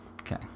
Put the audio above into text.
Okay